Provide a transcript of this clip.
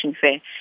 Fair